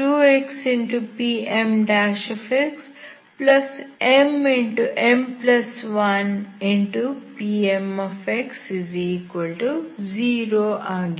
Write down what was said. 2xPmxmm1Pmx0 ಆಗಿವೆ